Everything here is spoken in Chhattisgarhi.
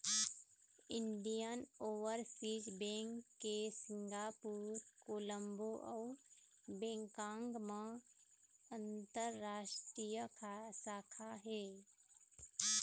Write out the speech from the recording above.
इंडियन ओवरसीज़ बेंक के सिंगापुर, कोलंबो अउ बैंकॉक म अंतररास्टीय शाखा हे